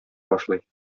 башлый